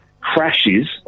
crashes